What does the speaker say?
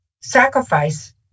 sacrifice